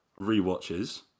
Rewatches